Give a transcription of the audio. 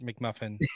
McMuffin